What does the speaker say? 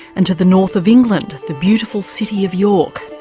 and to the north of england, the beautiful city of york,